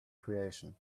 creation